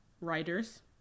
writers